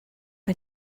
mae